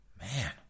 Man